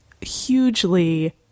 hugely